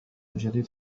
الجديد